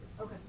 Okay